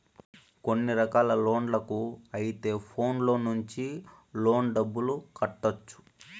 కొన్ని రకాల లోన్లకు అయితే ఫోన్లో నుంచి లోన్ డబ్బులు కట్టొచ్చు